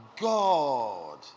God